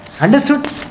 understood